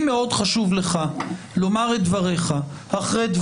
נאמרו פה אמירות חוזרות ונשנות גם כלפי חבר